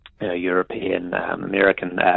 European-American